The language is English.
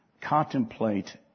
Contemplate